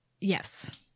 yes